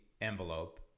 envelope